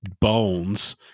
bones